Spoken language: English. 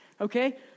okay